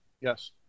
Yes